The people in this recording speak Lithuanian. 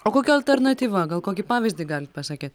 o kokia alternatyva gal kokį pavyzdį galit pasakyt